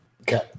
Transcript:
Okay